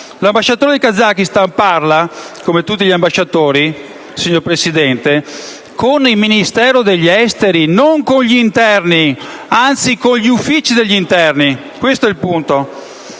L'ambasciatore del Kazakistan parla, come tutti gli ambasciatori, signor Presidente, con il Ministero degli affari esteri, non con quello dell'interno, anzi con gli uffici dell'interno; questo è il punto.